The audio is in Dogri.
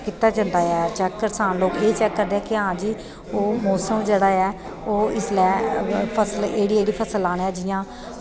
कीता जंदा ऐ करसान लोग एह् चैक करदे कि आं जी ओह् मौसम जेह्ड़ा ऐ ओह् इसलै एह्कड़ी एह्कड़ी फसल लानै दा जियां